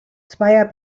zweier